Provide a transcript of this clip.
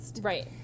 Right